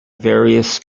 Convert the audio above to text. various